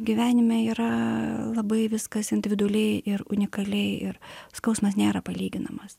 gyvenime yra labai viskas individualiai ir unikaliai ir skausmas nėra palyginamas